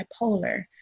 bipolar